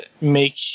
make